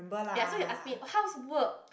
ya so you ask me how's work